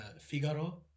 Figaro